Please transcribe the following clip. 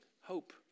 hope